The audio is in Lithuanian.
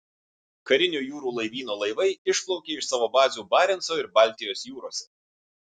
karinio jūrų laivyno laivai išplaukė iš savo bazių barenco ir baltijos jūrose